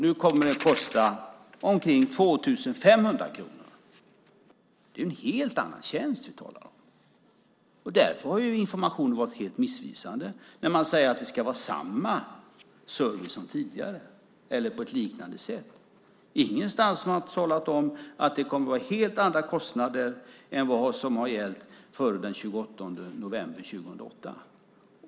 Nu kommer det att kosta omkring 2 500 kronor. Det är en helt annan tjänst som vi talar om. Därför har informationen varit helt missvisande när man säger att det ska vara samma service som tidigare, eller liknande. Ingenstans har man talat om att det kommer att vara helt andra kostnader än vad som har gällt före den 28 november 2008.